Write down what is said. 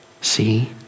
See